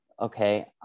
okay